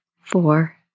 Four